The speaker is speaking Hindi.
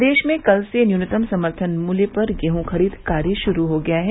प्रदेश में कल से न्यूनतम समर्थन मूल्य पर गेहूं खरीद कार्य शुरू हो गया है